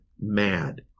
mad